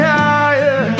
higher